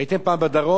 הייתם פעם בדרום?